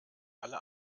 alle